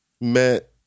met